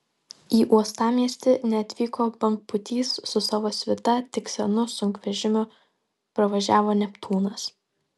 į uostamiestį neatvyko bangpūtys su savo svita tik senu sunkvežimiu pravažiavo neptūnas